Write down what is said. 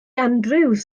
andrews